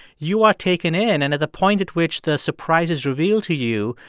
you are taken in, and at the point at which the surprise is revealed to you,